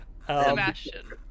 Sebastian